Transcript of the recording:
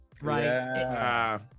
right